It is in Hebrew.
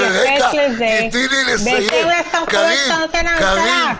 אבל תתייחס לזה בהתאם לסמכויות שאתה נותן לממשלה.